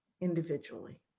individually